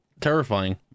terrifying